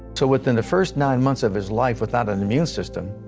so within the first nine months of his life without an immune system,